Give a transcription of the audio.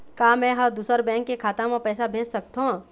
का मैं ह दूसर बैंक के खाता म पैसा भेज सकथों?